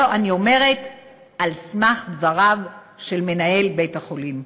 את זה אני אומרת על סמך דבריו של מנהל בית-החולים.